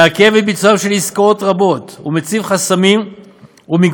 מעכב את ביצוען של עסקאות רבות ומציב חסמים ומגבלות